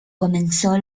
comenzó